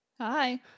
Hi